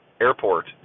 airport